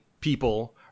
people